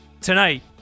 tonight